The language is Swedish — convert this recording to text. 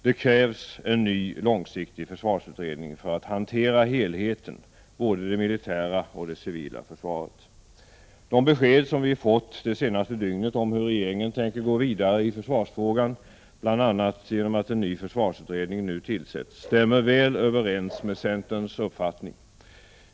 Det krävs en ny långsiktig försvarsutredning för att hantera helheten, både det militära och det civila försvaret. De besked som vi har fått det senaste dygnet om hur regeringen tänker gå vidare i försvarsfrågan — bl.a. genom att en ny försvarsutredning tillsätts — stämmer väl överens med centerns uppfattning.